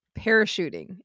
parachuting